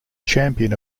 champion